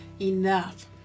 enough